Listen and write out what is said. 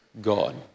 God